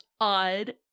odd